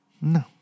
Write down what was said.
no